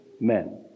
men